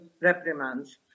reprimands